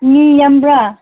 ꯃꯤ ꯌꯥꯝꯕ꯭ꯔꯥ